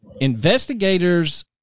Investigators